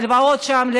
הלוואות שם,